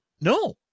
no